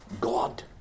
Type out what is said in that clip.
God